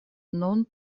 nun